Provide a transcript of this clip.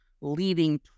leading